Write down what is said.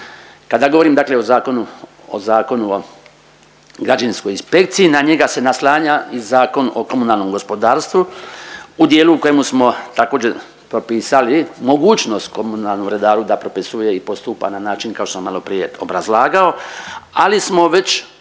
Kada govorim, dakle o Zakonu o građevinskoj inspekciji na njega se naslanja i Zakon o komunalnom gospodarstvu u dijelu u kojemu smo također propisali mogućnost komunalnom redaru da propisuje i postupa na način kao što sam malo prije obrazlagao. Ali smo već